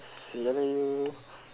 ya lah you